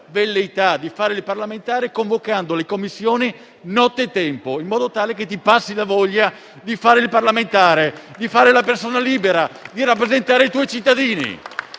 velleità convocando le Commissioni nottetempo, in modo tale che ti passi la voglia di fare il parlamentare, di fare la persona libera, di rappresentare i tuoi cittadini!